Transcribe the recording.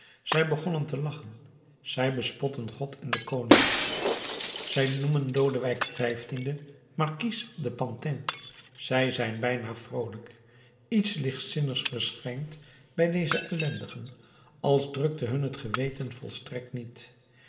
zij begonnen te lachen zij bespotten god en den koning zij noemen lodewijk xv markies de pantin zij zijn bijna vroolijk iets lichtzinnigs verschijnt bij deze ellendigen als drukte hun het geweten volstrekt niet